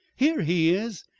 here he is!